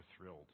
thrilled